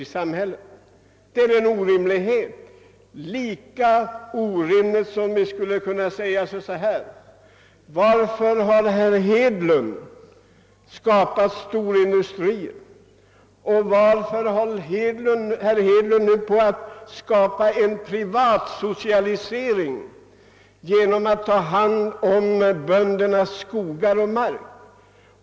Det är orimligt, lika orimligt som om vi skulle säga: Varför har herr Hedlund skapat storindustrier och varför håller han nu på med privatsocialisering genom att ta hand om böndernas skogar och mark?